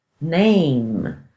name